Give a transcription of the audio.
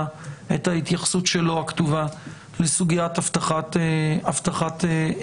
את ההתייחסות שלו הכתובה לסוגיית אבטחת המידע.